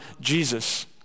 Jesus